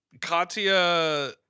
Katya